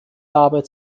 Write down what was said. arbeit